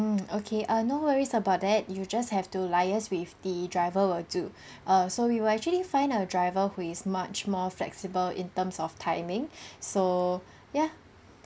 ~(mm) okay ah no worries about that you just have to liaise with the driver will do err so we will actually find a driver who is much more flexible in terms of timing so ya